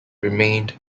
remained